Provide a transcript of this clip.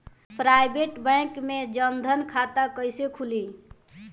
Private bank मे जन धन खाता कैसे खुली?